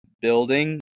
building